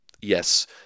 yes